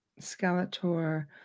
skeletor